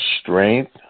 strength